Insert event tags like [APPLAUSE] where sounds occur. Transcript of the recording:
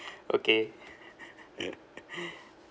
okay [LAUGHS]